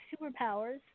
superpowers